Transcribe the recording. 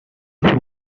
who